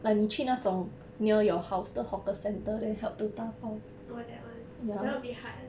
orh that [one] that [one] a bit hard